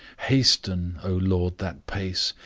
hasten, o lord, that pace,